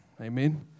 amen